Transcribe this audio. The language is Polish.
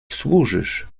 służysz